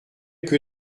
que